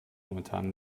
momentan